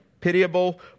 pitiable